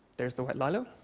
there's the white lilo,